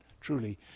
truly